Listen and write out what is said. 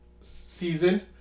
season